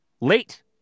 late